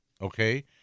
okay